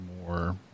more